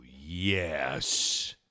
yes